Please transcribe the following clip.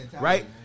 Right